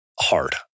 Hard